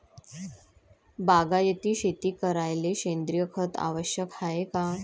बागायती शेती करायले सेंद्रिय खत आवश्यक हाये का?